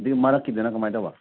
ꯑꯗꯒꯤ ꯃꯔꯛꯀꯤꯗꯅ ꯀꯃꯥꯏ ꯇꯧꯕ